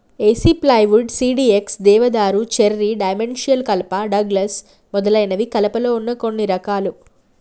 ఏసి plywood, CDX, దేవదారు, cherry, dimensional కలప, Douglas మొదలైనవి కలపలో వున్న కొన్ని రకాలు